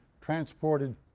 transported